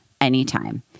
anytime